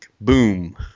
Boom